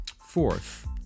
Fourth